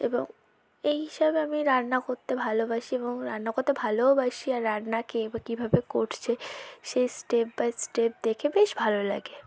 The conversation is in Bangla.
এবং এই হিসাবে আমি রান্না করতে ভালোবাসি এবং রান্না করতে ভালোওবাসি আর রান্না কে কীভাবে করছে সেই স্টেপ বাই স্টেপ দেখে বেশ ভালো লাগে